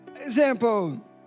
example